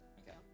okay